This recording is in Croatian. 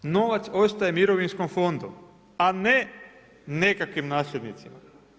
Novac ostaje mirovinskom fondu, a ne nekakvim nasljednicima.